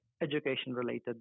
education-related